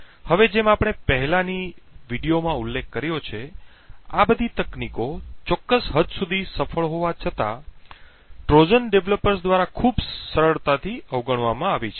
હવે જેમ આપણે પહેલાની વિડિઓમાં ઉલ્લેખ કર્યો છે આ બધી તકનીકો ચોક્કસ હદ સુધી સફળ હોવા છતાં ટ્રોજન ડેવલપર્સ દ્વારા ખૂબ સરળતાથી અવગણવામાં આવી છે